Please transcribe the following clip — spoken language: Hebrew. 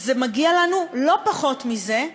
מגיע לנו לא פחות מזה,